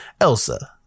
elsa